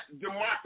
democracy